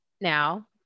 now